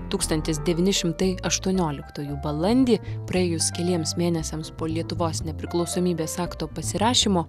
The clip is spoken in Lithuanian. tūkstantis devyni šimtai aštuonioliktųjų balandį praėjus keliems mėnesiams po lietuvos nepriklausomybės akto pasirašymo